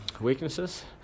Weaknesses